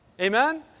Amen